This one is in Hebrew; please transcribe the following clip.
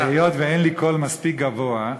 היות שאין לי קול מספיק גבוה,